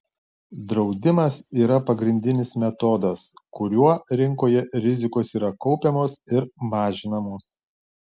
draudimas yra pagrindinis metodas kuriuo rinkoje rizikos yra kaupiamos ir mažinamos